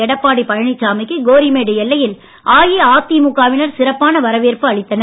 எடப்பாடி பழனிசாமிக்கு கோரிமேடு எல்லையில் அஇஅதிமுக வினர் சிறப்பான வரவேற்பு அளித்தனர்